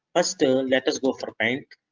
ah still let us go for friend